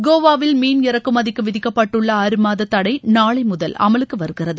கோவாவில் மீன் இறக்குமதிக்கு விதிக்கப்பட்டுள்ள ஆறு மாத தடை நாளை முதல் அமலுக்கு வருகிறது